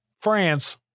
France